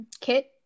Kit